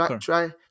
try